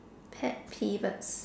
pet peeves